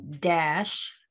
dash